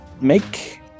make